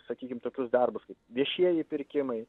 sakykim tokius darbus kaip viešieji pirkimai